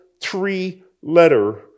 three-letter